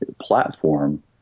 platform